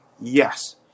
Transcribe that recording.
Yes